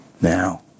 Now